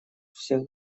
всех